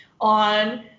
on